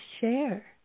share